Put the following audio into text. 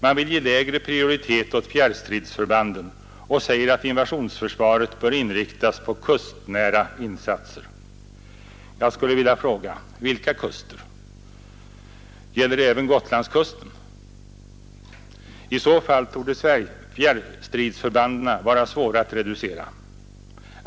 Man vill ge lägre prioritet åt fjärrstridsförbanden och säger att invasionsförsvaret bör inriktas på kustnära insatser. Jag skulle vilja fråga: Vilka kuster? Gäller det även Gotlandskusten? I så fall torde fjärrstridsförbanden vara svåra att reducera.